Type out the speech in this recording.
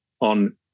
on